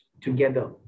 together